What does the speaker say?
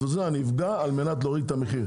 את המחיר אז אפגע כדי להוריד את המחיר.